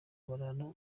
barara